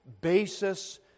basis